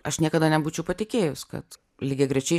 aš niekada nebūčiau patikėjus kad lygiagrečiai